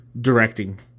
directing